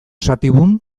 sativum